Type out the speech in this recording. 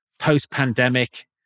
post-pandemic